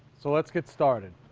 so let's get started.